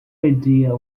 idea